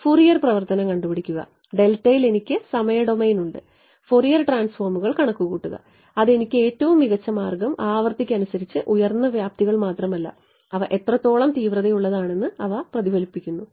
Fourier പരിവർത്തനം കണ്ടുപിടിക്കുക ഡെൽറ്റയിൽ എനിക്ക് സമയ ഡൊമെയ്ൻ ഉണ്ട് ഫോറിയർ ട്രാൻസ്ഫോമുകൾ കണക്കുകൂട്ടുക അത് എനിക്ക് ഏറ്റവും മികച്ച മാർഗ്ഗം ആവൃത്തിക്കനുസരിച്ച ഉയർന്ന വ്യാപ്തികൾ മാത്രമല്ല അവ എത്രത്തോളം തീവ്രതയുള്ളതാണെന്ന് അവർ പ്രതിഫലിപ്പിക്കുന്നു